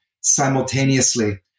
simultaneously